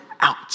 out